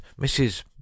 mrs